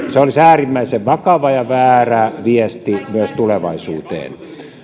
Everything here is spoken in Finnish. se olisi äärimmäisen vakava ja väärä viesti myös tulevaisuuteen